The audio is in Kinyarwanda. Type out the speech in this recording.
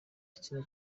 gitsina